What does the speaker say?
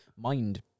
mind